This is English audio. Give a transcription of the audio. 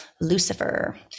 lucifer